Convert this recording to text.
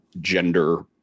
gender